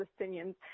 Palestinians